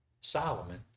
Solomon